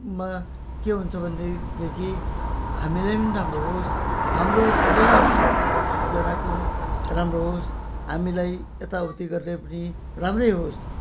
मा के हुन्छ भनेदेखि हामीलाई पनि राम्रो होस् हाम्रो सबैजनाको राम्रो होस् हामीलाई यताउति गर्नेको पनि राम्रै होस्